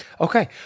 Okay